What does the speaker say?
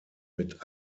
mit